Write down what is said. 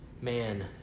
man